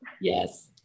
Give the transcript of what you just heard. yes